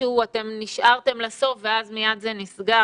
איכשהו אתם נשארתם לסוף ואז מיד זה נסגר,